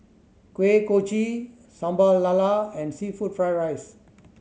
Kuih Kochi Sambal Lala and seafood fried rice